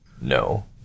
No